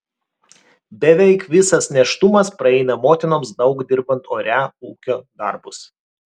beveik visas nėštumas praeina motinoms daug dirbant ore ūkio darbus